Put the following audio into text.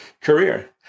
career